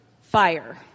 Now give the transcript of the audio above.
fire